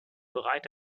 bereit